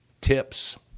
tips